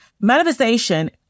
manifestation